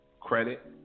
Credit